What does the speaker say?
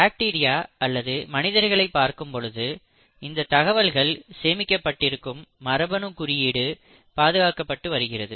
bacteria அல்லது மனிதர்களை பார்க்கும் பொழுது இந்த தகவல்கள் சேமிக்கப்பட்டிருக்கும் மரபணு குறியீடு பாதுகாக்கப்பட்டு வருகிறது